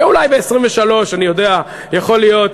אולי ב-1923, אני יודע, יכול להיות.